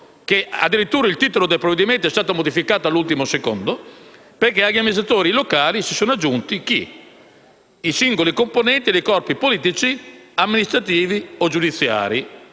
che, addirittura, il titolo del provvedimento sia stato modificato all'ultimo secondo, perché agli amministratori locali si sono aggiunti i singoli componenti dei corpi politici, amministrativi e giudiziari